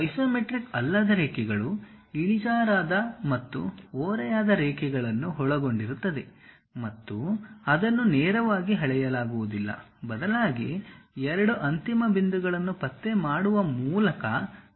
isometric ಅಲ್ಲದ ರೇಖೆಗಳು ಇಳಿಜಾರಾದ ಮತ್ತು ಓರೆಯಾದ ರೇಖೆಗಳನ್ನು ಒಳಗೊಂಡಿರುತ್ತವೆ ಮತ್ತು ಅದನ್ನು ನೇರವಾಗಿ ಅಳೆಯಲಾಗುವುದಿಲ್ಲ ಬದಲಾಗಿ ಎರಡು ಅಂತಿಮ ಬಿಂದುಗಳನ್ನು ಪತ್ತೆ ಮಾಡುವ ಮೂಲಕ ಅವುಗಳನ್ನು ರಚಿಸಬೇಕು